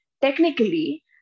technically